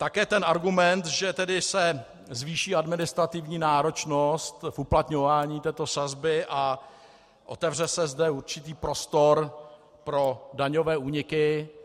Také ten argument, že se zvýší administrativní náročnost uplatňování této sazby a otevře se zde určitý prostor pro daňové úniky.